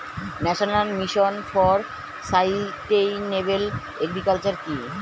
National mission for sustainable agriculture কি?